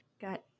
Got